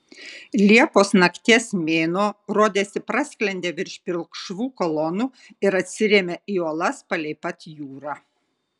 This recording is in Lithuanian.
liepos nakties mėnuo rodėsi prasklendė virš pilkšvų kolonų ir atsirėmė į uolas palei pat jūrą